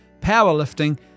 powerlifting